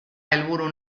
helburu